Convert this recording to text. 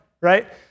right